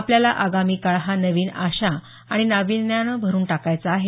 आपल्याला आगामी काळ हा नवीन आशा आणि नाविन्यानं भरून टाकायचा आहे